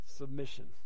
Submission